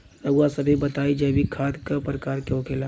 रउआ सभे बताई जैविक खाद क प्रकार के होखेला?